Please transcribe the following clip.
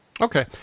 Okay